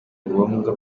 ngombwa